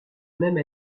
même